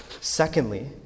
Secondly